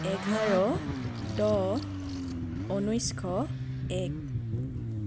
এঘাৰ দহ ঊনৈছশ এক